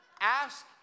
ask